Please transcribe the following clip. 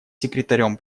секретарем